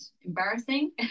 embarrassing